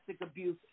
abuse